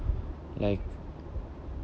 like